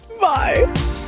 Bye